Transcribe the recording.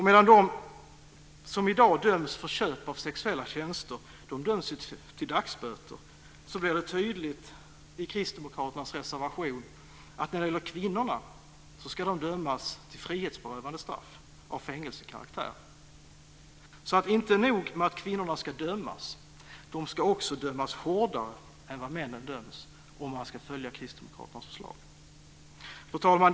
Medan de som i dag döms för köp av sexuella tjänster döms till dagsböter, blir det tydligt i Kristdemokraternas reservation att kvinnorna ska dömas till frihetsberövande straff av fängelsekaraktär. Det är inte nog med att kvinnorna ska dömas, de ska också dömas hårdare än männen om man följer Fru talman!